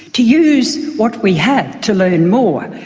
to use what we have to learn more,